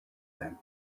them